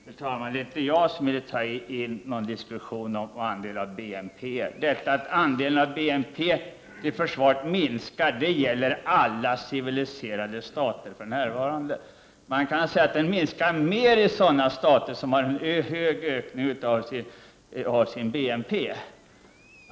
Fru talman! Det är inte jag som vill ta in en diskussion om andelar av BNP. Andelen av BNP för försvarets del minskar för närvarande i alla civiliserade stater. Den minskar mera i de stater som har en hög ökning av sin BNP.